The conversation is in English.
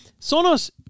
Sonos